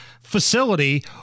facility